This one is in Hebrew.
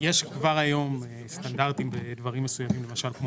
כבר היום יש סטנדרטים בדברים מסוימים כמו